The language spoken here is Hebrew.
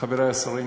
חברי השרים,